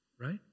right